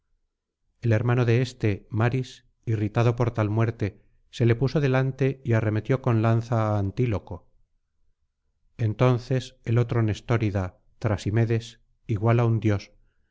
el hermano de éste maris irritado por tal muert se le puso delante y arremetió con la lanza á antíloco entonces el otro nestórida trasimedes igual á un dios